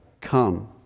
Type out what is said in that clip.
come